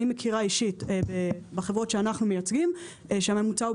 אני מכירה אישית בחברות שאנחנו מייצגים שהממוצע הוא